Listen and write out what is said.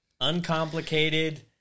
uncomplicated